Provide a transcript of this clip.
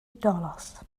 dollars